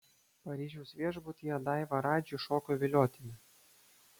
paryžiaus viešbutyje daiva radžiui šoko viliotinį